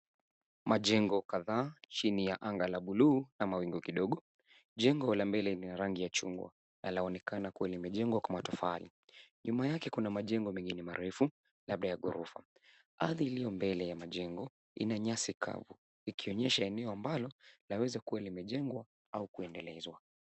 Majengo kadhaa, chini ya anga la buluu na mawingu kidogo. Jengo la mbele lina rangi ya chungwa na laonekana kuwa limejengwa kwa matofali. Nyuma yake kuna majengo mengine marefu labda ya ghorofa. Ardhi iliyo mbele ya majengo ina nyasi kavu, ikionyesha eneo ambalo laweza kuwa limejengwa au kuendelezwa.